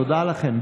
תודה לכם.